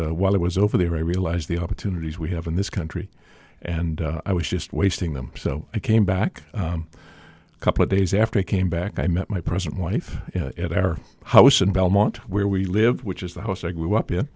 while i was over there i realized the opportunities we have in this country and i was just wasting them so i came back a couple of days after i came back i met my present wife at our house in belmont where we live which is the house i grew up in